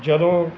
ਜਦੋਂ